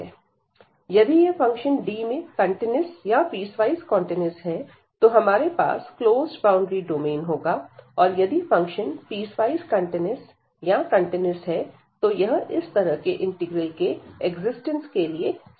यदि यह function D में कंटीन्यूअस या पीस वॉइस कंटीन्यूअस है तो हमारे पास क्लोज्ड बाउंड्री डोमेन होगा और यदि फंक्शन पीस वॉइस कंटीन्यूअस या कंटीन्यूअस है तो यह इस तरह के इंटीग्रल के एक्जिस्टेंस के लिए सफिशिएंट है